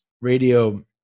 radio